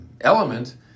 element